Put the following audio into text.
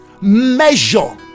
measure